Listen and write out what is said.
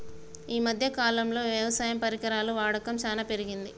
ఈ మధ్య కాలం లో వ్యవసాయ పరికరాల వాడకం చానా పెరిగింది